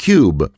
Cube